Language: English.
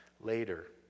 later